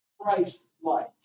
Christ-like